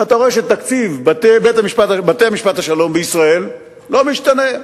ואתה רואה שתקציב בתי-משפט השלום בישראל לא משתנה,